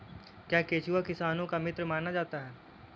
क्या केंचुआ किसानों का मित्र माना जाता है?